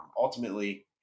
ultimately